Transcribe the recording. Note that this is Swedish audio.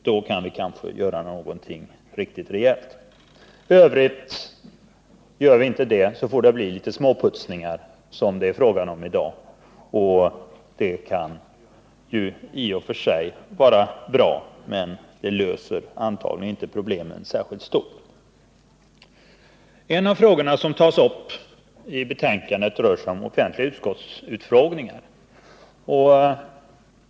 Först då kan vi göra något riktigt rejält åt arbetsförhållandena. Annars får det bli litet småputsningar, som det är fråga om i dag. Det kan ju i och för sig vara bra, men det löser antagligen inte problemen i stort. En av de frågor som tas upp i betänkandet är offentliga utskottsutfrågningar.